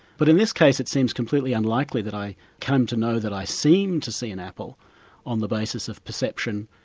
but in this case, it seems completely unlikely that i came to know that i seem to see an apple on the basis of perception,